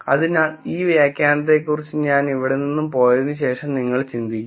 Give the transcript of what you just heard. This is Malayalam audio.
അതിനാൽ ഈ വ്യാഖ്യാനത്തെക്കുറിച്ച് ഞാൻ ഇവിടെ നിന്നും പോയതിനുശേഷം നിങ്ങൾ ചിന്തിക്കുക